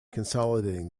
consolidating